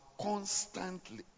constantly